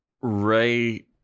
Ray